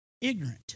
ignorant